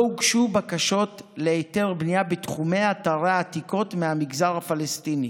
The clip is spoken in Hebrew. לא הוגשו בקשות להיתר בנייה בתחומי אתרי העתיקות מהמגזר הפלסטיני,